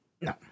No